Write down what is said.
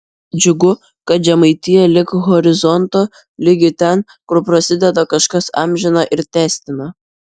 džiugu kad žemaitija lig horizonto ligi ten kur prasideda kažkas amžina ir tęstina